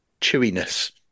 chewiness